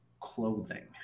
Clothing